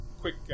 quick